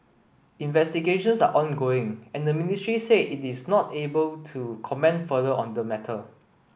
investigations are ongoing and the ministry said it is not able to comment further on the matter